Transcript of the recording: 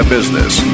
Business